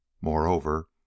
Moreover